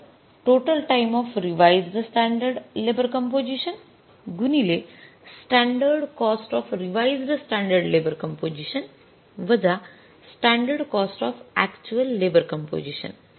सूत्र total time of revised standard labour composition गुणिले standard cost of revised standard labour composition वजा standard cost of actual labour composition